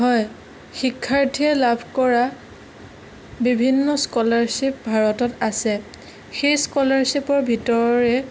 হয় শিক্ষাৰ্থীয়ে লাভ কৰা বিভিন্ন স্কলাৰছিপ ভাৰতত আছে সেই স্কলাৰছিপৰ ভিতৰৰে